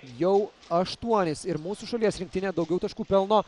jau aštuonis ir mūsų šalies rinktinė daugiau taškų pelno